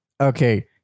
Okay